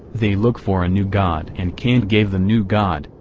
they look for a new god and kant gave the new god,